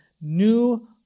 new